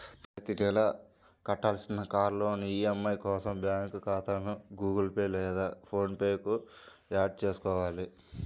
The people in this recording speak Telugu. ప్రతి నెలా కట్టాల్సిన కార్ లోన్ ఈ.ఎం.ఐ కోసం బ్యాంకు ఖాతాను గుగుల్ పే లేదా ఫోన్ పే కు యాడ్ చేసుకోవాలి